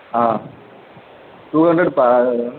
ஆ two ஹண்ட்ரட்ப்பா